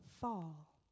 fall